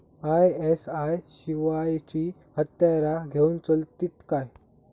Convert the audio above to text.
ISI शिवायची हत्यारा घेऊन चलतीत काय?